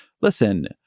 listen